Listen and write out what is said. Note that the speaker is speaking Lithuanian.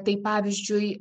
tai pavyzdžiui